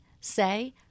say